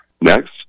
next